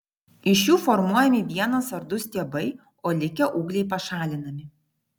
iš jų formuojami vienas ar du stiebai o likę ūgliai pašalinami